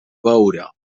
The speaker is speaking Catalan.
beure